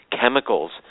chemicals